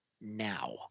now